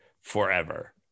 forever